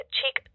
Cheek